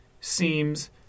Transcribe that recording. seems